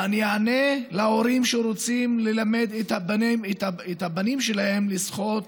מה אני אענה להורים שרוצים ללמד את הבנים שלהם לשחות?